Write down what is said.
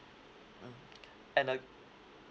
mm and uh